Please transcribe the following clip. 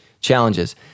challenges